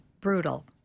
brutal